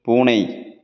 பூனை